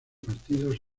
partidos